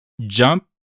jump